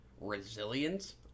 resilience